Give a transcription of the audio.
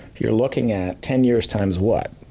you're looking at ten years times what,